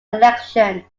election